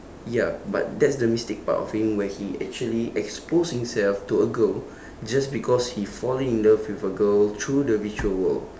ya but that's the mistake part of him where he actually expose himself to a girl just because he falling in love with a girl through the virtual world